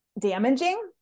damaging